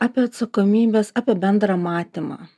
apie atsakomybes apie bendrą matymą